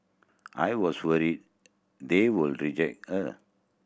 I was worried they would reject her